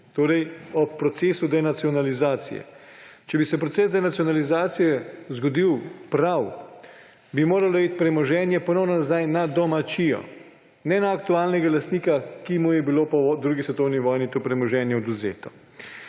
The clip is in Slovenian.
Sloveniji ob procesu denacionalizacije. Če bi se proces denacionalizacije zgodil prav, bi moralo iti premoženje ponovno nazaj na domačijo, ne na aktualnega lastnika, ki mu je bilo po 2. svetovni vojni to premoženje odvzeto.